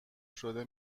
شده